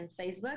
Facebook